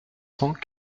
cent